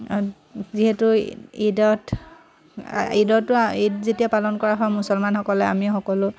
যিহেতু ঈদত ঈদতো ঈদ যেতিয়া পালন কৰা হয় মুছলমানসকলে আমি সকলো